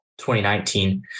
2019